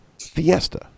Fiesta